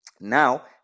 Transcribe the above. now